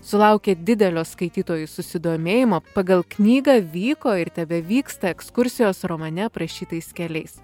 sulaukė didelio skaitytojų susidomėjimo pagal knygą vyko ir tebevyksta ekskursijos romane aprašytais keliais